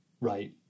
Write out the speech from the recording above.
Right